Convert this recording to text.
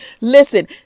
Listen